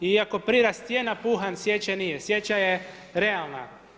Iako prirast je napuhan, sječa nije, sječa je realna.